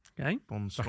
Okay